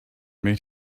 made